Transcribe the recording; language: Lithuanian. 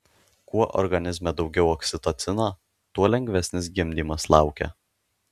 kuo organizme daugiau oksitocino tuo lengvesnis gimdymas laukia